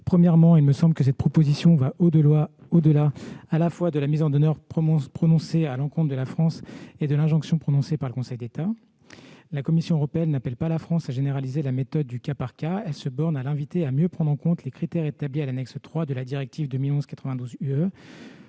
Premièrement, cette proposition va au-delà, à la fois, de la mise en demeure adressée à la France et de l'injonction prononcée par le Conseil d'État. La Commission européenne n'appelle pas la France à généraliser la méthode du cas par cas. Elle se borne à l'inviter à mieux prendre en compte les critères établis à l'annexe III de la directive 2011/92/UE